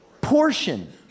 portion